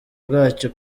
bwacyo